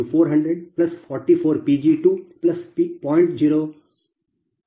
1 Pg22 C330040Pg30